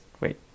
Wait